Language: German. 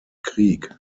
krieg